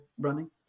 running